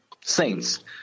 saints